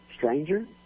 stranger